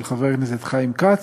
של חבר הכנסת חיים כץ,